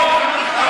די.